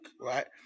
right